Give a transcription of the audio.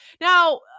now